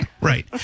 right